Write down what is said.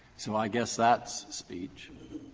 so i guess that's speech.